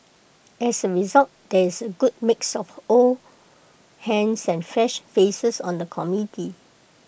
as A result there is A good mix of old hands and fresh faces on the committee